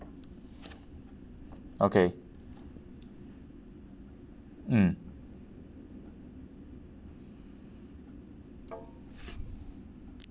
okay mm